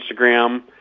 Instagram